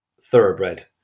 thoroughbred